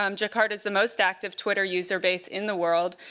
um jakarta is the most active twitter user base in the world,